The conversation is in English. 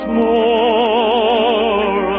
more